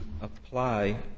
apply